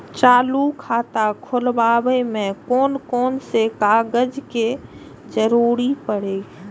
चालु खाता खोलय में कोन कोन कागज के जरूरी परैय?